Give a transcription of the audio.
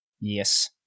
Yes